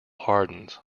hardens